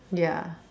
ya